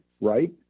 right